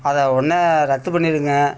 அதை உடனே ரத்து பண்ணிருங்கள்